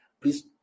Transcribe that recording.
Please